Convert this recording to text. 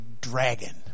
dragon